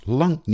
lang